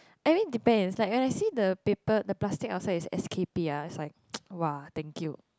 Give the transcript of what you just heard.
I mean depends inside when I see the paper the plastic outside is S_K_P ah it's like !wah! thank you